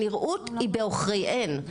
הנראות היא בעוכריהן,